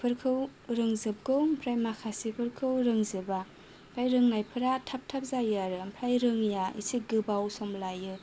फोरखौ रोंजोबगौ ओमफ्राय माखासेफोरखौ रोंजोबा ओमफ्राय रोंनायफोरा थाब थाब जायो आरो ओमफ्राय रोङिया इसे गोबाव सम लायो